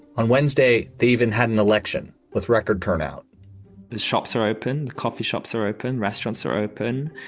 on wednesday, they even had an election with record turnout shops are open. coffee shops are open. restaurants are open.